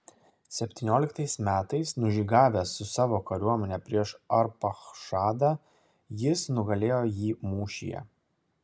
septynioliktais metais nužygiavęs su savo kariuomene prieš arpachšadą jis nugalėjo jį mūšyje